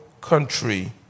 country